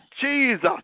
Jesus